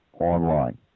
online